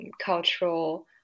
cultural